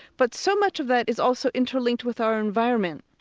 but so much of that is also interlinked with our environment.